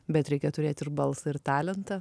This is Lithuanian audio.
bet reikia turėt ir balsą ir talentą